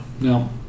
No